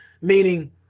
meaning